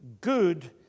good